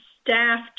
staff